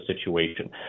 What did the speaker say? situation